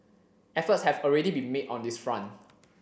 efforts have already been made on this front